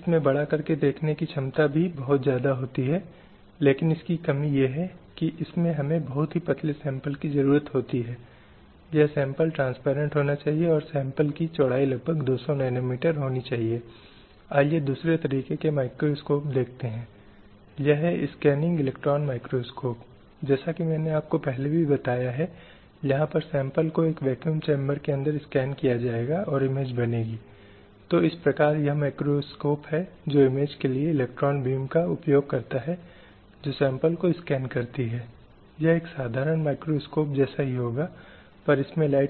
slide समय संदर्भ 1436 UDHR के पश्चात दो अन्य महत्वपूर्ण दस्तावेज थे जिन्हें पारित किया गया और वह है नागरिक तथा राजनीतिक अधिकारों सिविल एंड पॉलिटिकल राइट्स 1966 पर अंतर्राष्ट्रीय करार और फिर 1966 के आर्थिक राजनीतिक और सांस्कृतिक अधिकारों पर अंतर्राष्ट्रीय